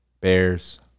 Bears